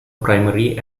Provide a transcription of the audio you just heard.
primary